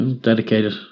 Dedicated